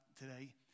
today